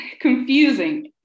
confusing